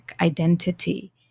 identity